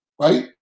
Right